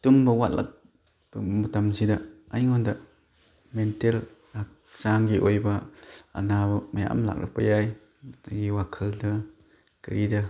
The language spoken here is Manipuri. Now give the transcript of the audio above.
ꯇꯨꯝꯕ ꯋꯥꯠꯂꯛꯄ ꯃꯇꯝꯁꯤꯗ ꯑꯩꯉꯣꯟꯗ ꯃꯦꯟꯇꯦꯜ ꯍꯛꯆꯥꯡꯒꯤ ꯑꯣꯏꯕ ꯑꯅꯥꯕ ꯃꯌꯥꯝ ꯂꯥꯛꯂꯛꯄ ꯌꯥꯏ ꯑꯩꯒꯤ ꯋꯥꯈꯜꯗ ꯀꯔꯤꯗ